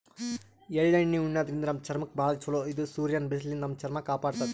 ಎಳ್ಳಣ್ಣಿ ಉಣಾದ್ರಿನ್ದ ನಮ್ ಚರ್ಮಕ್ಕ್ ಭಾಳ್ ಛಲೋ ಇದು ಸೂರ್ಯನ್ ಬಿಸ್ಲಿನ್ದ್ ನಮ್ ಚರ್ಮ ಕಾಪಾಡತದ್